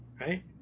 right